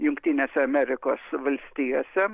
jungtinėse amerikos valstijose